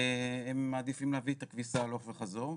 והם מעדיפים להביא את הכביסה הלוך וחזור.